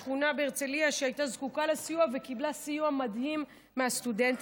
שכונה בהרצליה שהייתה זקוקה לסיוע וקיבלה סיוע מדהים מהסטודנטים.